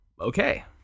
okay